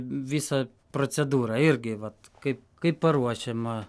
visa procedūra irgi vat kaip kaip paruošiama